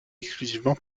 exclusivement